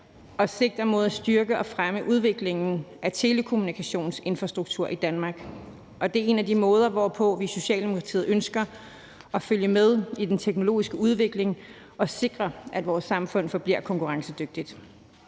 og sigter mod at styrke og fremme udviklingen af telekommunikationsinfrastruktur i Danmark, og det er en af de måder, hvorpå vi i Socialdemokratiet ønsker at følge med i den teknologiske udvikling og sikre, at vores samfund forbliver konkurrencedygtigt.